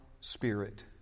spirit